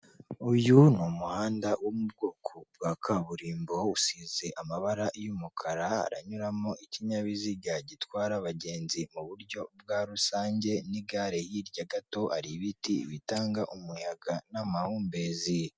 Uyu ni umuhanda wo mu bwoko bwa kaburimbo usize amabara y'umukara haranyuramo ikinyabiziga gitwara abagenzi mu buryo bwa rusange n'igare, hirya gato hari ibiti bitanga umuyaga n'amahumbezi.